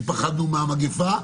כי פחדנו מהמגפה,